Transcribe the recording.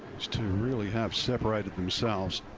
two really have separated themselves.